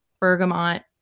bergamot